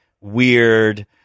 weird